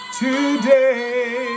today